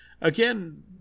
again